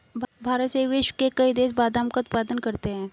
भारत सहित विश्व के कई देश बादाम का उत्पादन करते हैं